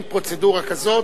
אין פרוצדורה כזאת,